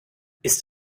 ist